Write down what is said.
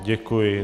Děkuji.